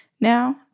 now